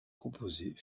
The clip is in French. composée